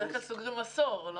בדרך כלל סוגרים עשור...